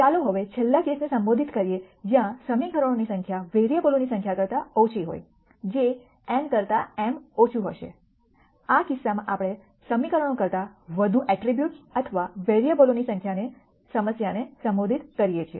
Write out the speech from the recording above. ચાલો હવે છેલ્લા કેસને સંબોધિત કરીએ જ્યાં સમીકરણોની સંખ્યા વેરીએબલોની સંખ્યા કરતા ઓછી હોય જે n કરતા m ઓછું હશે આ કિસ્સામાં આપણે સમીકરણો કરતાં વધુ ઐટ્રિબ્યૂટ્સ અથવા વેરીએબલોની સમસ્યાને સંબોધિત કરીએ છીએ